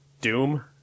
Doom